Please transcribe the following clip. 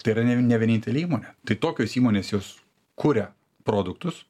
tai yra nev ne vienintelė įmonė tai tokios įmonės jos kuria produktus